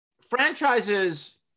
franchises